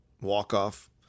walk-off